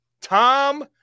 Tom